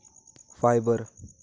fibre